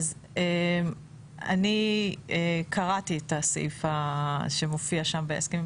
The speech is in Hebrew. אני קראתי את הסעיף שמופיע שם בהסכמים,